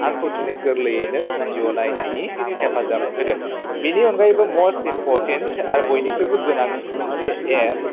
आंखौ दिनै गोरलैयैनो भिडिय' नायनायनि हेफाजाब होदों बेनि अनगायैबो मस्ट इम्पर्टेन्ट आरो बयनिख्रुइबो गोनांसिन मोनसे एप